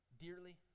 dearly